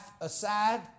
aside